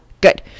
good